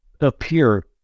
appear